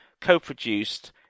co-produced